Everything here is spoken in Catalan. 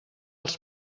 els